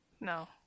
No